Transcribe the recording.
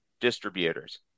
distributors